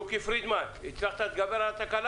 חשוב לי האם המונופול הזה הוא יחיד והאם הוא עונה לחוק או בניגוד